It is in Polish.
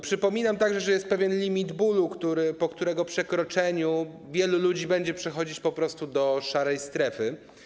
Przypominam także, że jest pewien limit bólu, po którego przekroczeniu wielu ludzi będzie przechodzić do szarej strefy.